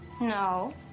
No